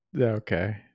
okay